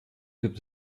gibt